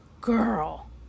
Girl